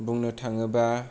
बुंनो थाङोब्ला